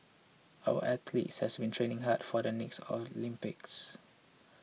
our athletes has been training hard for the next Olympics